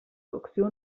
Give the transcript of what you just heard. cocció